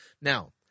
Now